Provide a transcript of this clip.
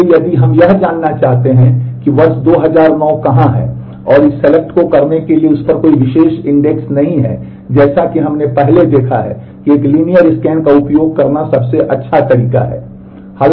इसलिए यदि हम यह जानना चाहते हैं कि वर्ष 2009 कहां है और इस सेलेक्ट का उपयोग करना सबसे अच्छा तरीका है